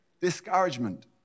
discouragement